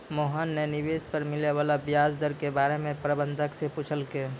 मोहन न निवेश पर मिले वाला व्याज दर के बारे म प्रबंधक स पूछलकै